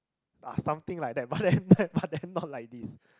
uh something like that but then that but then not like this